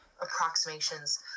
approximations